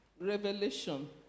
Revelation